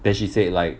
then she said like